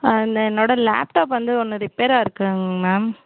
இந்த என்னோடய லேப்டாப் வந்து ஒன்று ரிப்பேரா இருக்குதுங்க மேம்